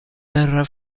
terra